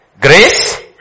Grace